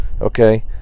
Okay